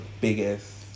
biggest